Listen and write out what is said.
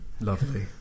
Lovely